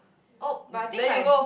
oh then you go